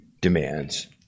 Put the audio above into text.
demands